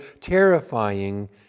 terrifying